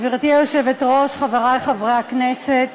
גברתי היושבת-ראש, חברי חברי הכנסת,